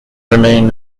remain